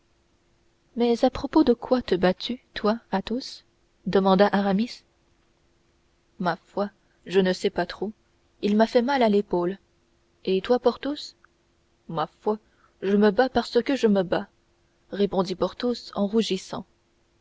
mais à propos de quoi te bats tu toi athos demanda aramis ma foi je ne sais pas trop il m'a fait mal à l'épaule et toi porthos ma foi je me bats parce que je me bats répondit porthos en rougissant